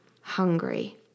hungry